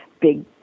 big